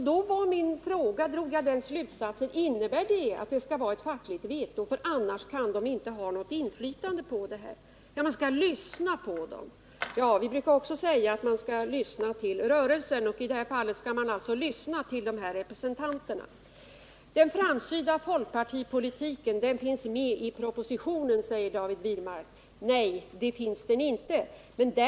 Då frågade jag om meningen var att de skulle ha ett fackligt veto, för jag drog den slutsatsen att de annars inte kunde ha något inflytande på dessa frågor. Man skall lyssna på dem, sade David Wirmark. Ja, vi brukar också säga att man skall lyssna på rörelsen. I det här fallet skall man alltså lyssna på de fackliga representanterna. Den framsynta folkpartipolitiken finns med i propositionen, säger David Wirmark. Nej, den finns inte med där.